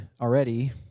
already